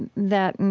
and that, and